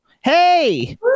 Hey